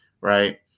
right